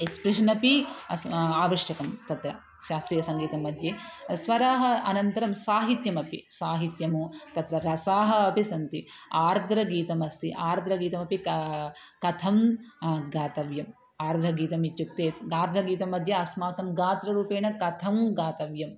expression अपि अस् आवश्यकं तत्र शास्त्रीयसङ्गीतमध्ये स्वराः अनन्तरं साहित्यमपि साहित्यमु तत्र रसाः अपि सन्ति आर्द्रगीतम् अस्ति आर्द्रगीतमपि का कथं गातव्यं आर्द्रगीतम् इत्युक्ते आर्द्रगीतम्म्ध्ये अस्माकं गातृ रूपेण कथं गातव्यम्